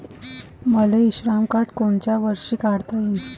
मले इ श्रम कार्ड कोनच्या वर्षी काढता येईन?